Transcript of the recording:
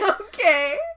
Okay